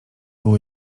było